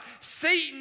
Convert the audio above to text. Satan